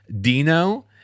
dino